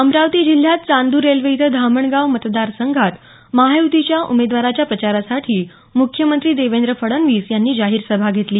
अमरावती जिल्ह्यात चांदररेल्वे इथं धामणगाव मतदारसंघात महायुतीच्या उमेदवाराच्या प्रचारासाठी म्ख्यमंत्री देवेन्द्र फडणवीस यांनी जाहीर सभा घेतली